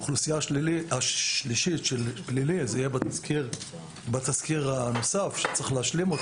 האוכלוסייה השלישית של פלילי תהיה בתזכיר הנוסף שצריך להשלים.